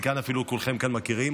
את חלקן אפילו כולכם כאן מכירים,